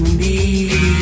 need